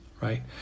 Right